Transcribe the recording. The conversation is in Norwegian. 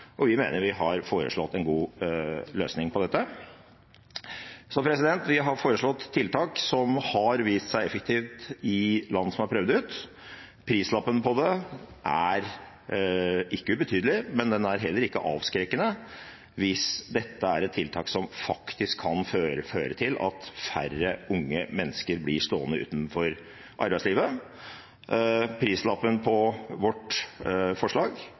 og vi mener at vi har foreslått en god løsning på dette. Så vi har foreslått et tiltak som har vist seg effektivt i land som har prøvd det ut. Prislappen på det er ikke ubetydelig, men den er heller ikke avskrekkende hvis dette er et tiltak som faktisk kan føre til at færre unge mennesker blir stående utenfor arbeidslivet. Prislappen på vårt forslag,